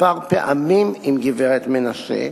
כמה פעמים עם גברת מנשה,